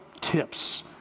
tips